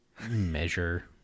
measure